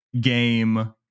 game